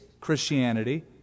Christianity